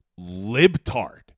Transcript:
libtard